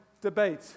debate